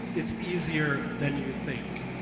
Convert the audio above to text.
it's easier than you think.